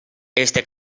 este